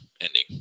ending